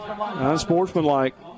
Unsportsmanlike